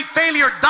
failure